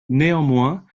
néanmoins